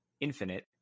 Infinite